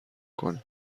کنین